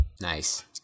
Nice